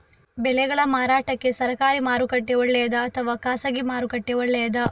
ಬೆಳೆಗಳ ಮಾರಾಟಕ್ಕೆ ಸರಕಾರಿ ಮಾರುಕಟ್ಟೆ ಒಳ್ಳೆಯದಾ ಅಥವಾ ಖಾಸಗಿ ಮಾರುಕಟ್ಟೆ ಒಳ್ಳೆಯದಾ